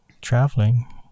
traveling